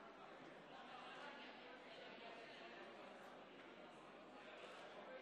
דברי יושב-ראש הכנסת בפתיחת המושב השני 6 היו"ר מיקי